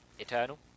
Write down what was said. eternal